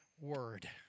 Word